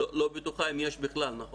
לא בטוחה אם יש בכלל, נכון?